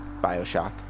Bioshock